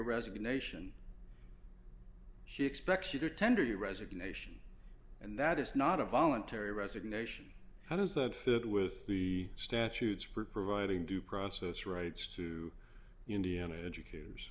resignation she expects you to tender your resignation and that is not a voluntary resignation how does that fit with the statutes providing due process rights to indian it educators